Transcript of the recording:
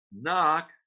Knock